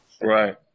Right